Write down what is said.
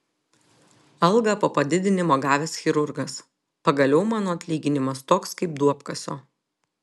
algą po padidinimo gavęs chirurgas pagaliau mano atlyginimas toks kaip duobkasio